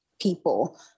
people